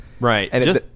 Right